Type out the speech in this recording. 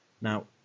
Now